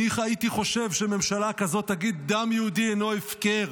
אני הייתי חושב שממשלה כזאת תגיד: דם יהודי אינו הפקר.